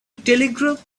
telegraph